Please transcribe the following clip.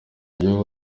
gihugu